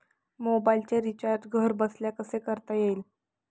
मोबाइलचे रिचार्ज घरबसल्या कसे करता येईल?